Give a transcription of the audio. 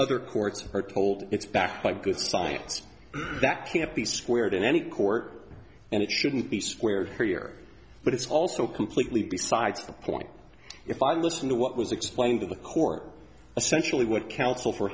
other courts are told it's backed by good science that can't be squared in any court and it shouldn't be square here but it's also completely besides the point if i listen to what was explained to the core essentially what counsel for